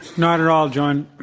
not at all, john.